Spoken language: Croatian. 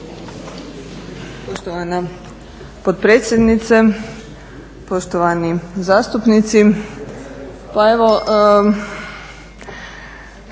Poštovana potpredsjednice, poštovani zastupnici. Pa evo